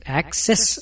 access